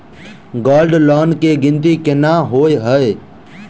Gold loan केँ गिनती केना होइ हय?